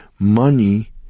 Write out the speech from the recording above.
Money